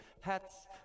hats